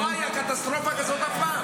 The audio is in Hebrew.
לא הייתה קטסטרופה כזאת אף פעם.